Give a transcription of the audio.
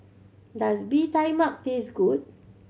does Bee Tai Mak taste good